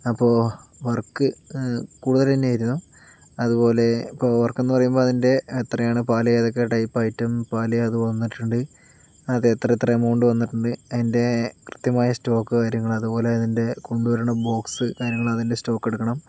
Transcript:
അപ്പോൾ വർക്ക് കൂടുതൽ തന്നെയായിരുന്നു അതുപോലെ ഇപ്പോൾ വർക്കെന്ന് പറയുമ്പോൾ അതിൻ്റെ എത്രയാണ് പാല് ഏതൊക്കെ ടൈപ്പ് ഐറ്റം പാല് അത് വന്നിട്ടുണ്ട് അത് എത്രയെത്ര എമൗണ്ട് വന്നിട്ടുണ്ട് അതിൻ്റെ കൃത്യമായ സ്റ്റോക്ക് വിവരങ്ങൾ അതുപോലെ അതിൻ്റെ കൊണ്ടുവരുന്ന ബോക്സ് കാര്യങ്ങൾ അതിൻ്റെ സ്റ്റോക്ക് എടുക്കണം